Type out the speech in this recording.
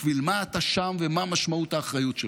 בשביל מה אתה שם ומה משמעות האחריות שלך?